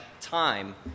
time